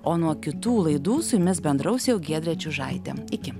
o nuo kitų laidų su jumis bendraus jau giedrė čiužaitė iki